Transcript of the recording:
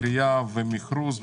כרייה ומכרוז,